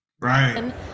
Right